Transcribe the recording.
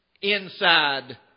Inside